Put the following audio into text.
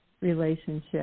relationship